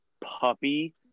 puppy